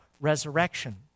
resurrection